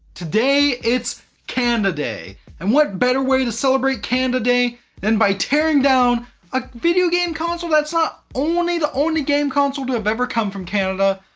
today it's canada day and what better way to celebrate canada day then by tearing down a video game console that's not only the only game console to have ever come from canada,